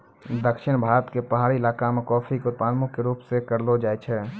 दक्षिण भारत के पहाड़ी इलाका मॅ कॉफी के उत्पादन मुख्य रूप स करलो जाय छै